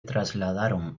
trasladaron